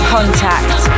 Contact